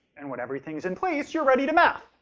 and when everything's in place, you're ready to math!